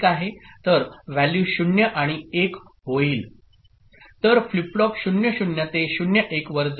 तर व्हॅल्यू 0 आणि 1 होईल तर फ्लिप फ्लॉप 0 0 ते 0 1 वर जाईल